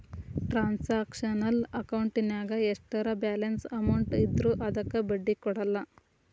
transactional ಅಕೌಂಟಿನ್ಯಾಗ ಎಷ್ಟರ balance amount ಇದ್ರೂ ಅದಕ್ಕ ಬಡ್ಡಿ ಕೊಡಲ್ಲ